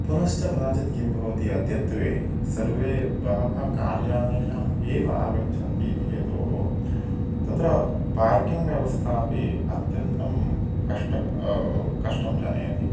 पुनश्च कदाचित् किं भवति अद्यत्वे सर्वे बहवः कार् यानेन एव आगच्छन्ति इति हेतोः तत्र पार्किङ्ग् व्यवस्थापि अत्यन्तं कष्टं कष्टं जनयति